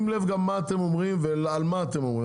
לב מה אתם אומרים ועל מה אתם אומרים.